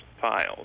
files